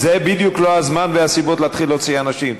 זה בדיוק לא הזמן והסיבות להתחיל להוציא אנשים.